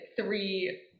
three